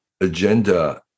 agenda